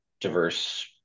diverse